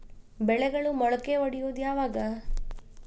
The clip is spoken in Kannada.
ಬೆಳೆಗಳು ಮೊಳಕೆ ಒಡಿಯೋದ್ ಯಾವಾಗ್?